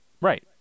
Right